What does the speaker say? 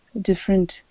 different